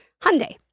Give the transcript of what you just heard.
Hyundai